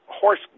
horse